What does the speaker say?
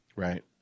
Right